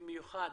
במיוחד